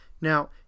Now